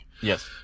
Yes